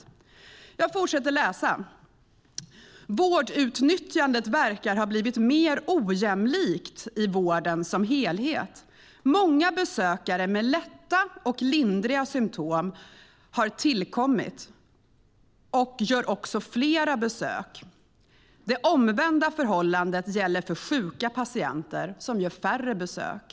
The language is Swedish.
Enligt Riksrevisionen verkar vårdutnyttjandet "bli mer ojämlikt i vården som helhet. Många besökare med lätta och lindriga symtom har tillkommit efter reformen och gör också fler besök. Enligt Riksrevisionen gäller det omvända förhållandet för de sjukaste patienterna, som gör färre besök."